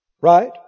Right